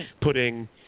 putting